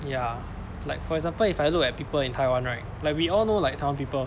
ya like for example if I look at people in taiwan right like we all know like taiwan people